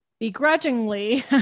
begrudgingly